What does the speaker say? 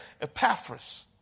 Epaphras